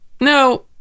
No